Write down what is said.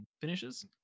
Finishes